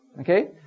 Okay